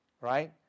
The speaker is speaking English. right